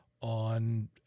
on